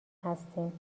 هستیم